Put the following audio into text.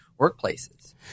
workplaces